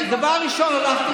זאת הבעיה שלך.